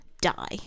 die